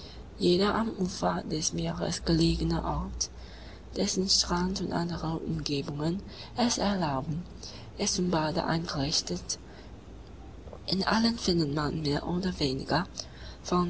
jeder am ufer des meeres gelegene ort dessen strand und andere umgebungen es erlauben ist zum bade eingerichtet in allen findet man mehr oder weniger